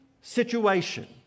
situation